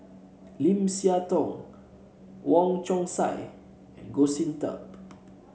Lim Siah Tong Wong Chong Sai and Goh Sin Tub